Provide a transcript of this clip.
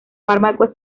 fármaco